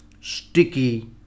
sticky